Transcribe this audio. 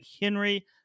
Henry